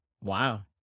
Wow